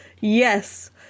Yes